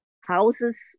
houses